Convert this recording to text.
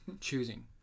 choosing